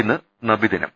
ഇന്ന് നബിദിനം